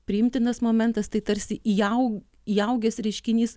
priimtinas momentas tai tarsi įau įaugęs reiškinys